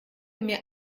mir